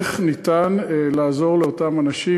איך ניתן לעזור לאותם אנשים.